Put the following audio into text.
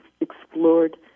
explored